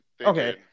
okay